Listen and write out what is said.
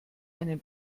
einen